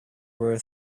were